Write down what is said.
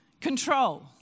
Control